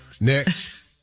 Next